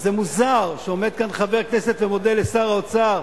מוזר שעומד כאן חבר הכנסת ומודה לשר האוצר,